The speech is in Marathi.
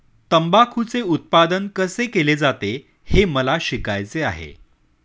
तंबाखूचे उत्पादन कसे केले जाते हे मला शिकायचे आहे